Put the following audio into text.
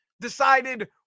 decided